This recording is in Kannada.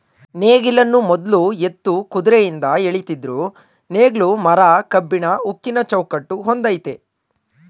ನೇಗಿಲನ್ನು ಮೊದ್ಲು ಎತ್ತು ಕುದ್ರೆಯಿಂದ ಎಳಿತಿದ್ರು ನೇಗ್ಲು ಮರ ಕಬ್ಬಿಣ ಉಕ್ಕಿನ ಚೌಕಟ್ ಹೊಂದಯ್ತೆ